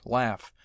laugh